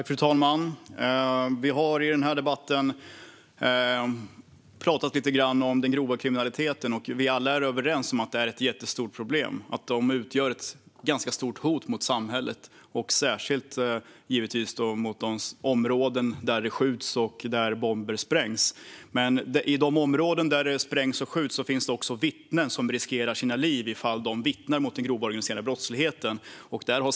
Fru talman! Vi har i debatten talat lite grann om den grova kriminaliteten. Alla är överens om att detta är ett jättestort problem och att det utgör ett stort hot mot samhället, särskilt givetvis i de områden där det skjuts och där bomber sprängs. I de områden där det sprängs och skjuts finns också vittnen som riskerar sina liv om de vittnar mot den grova organiserade brottsligheten.